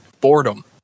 boredom